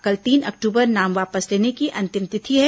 कल तीन अक्टूबर नाम वापस लेने की अंतिम तिथि है